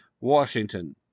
Washington